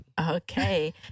Okay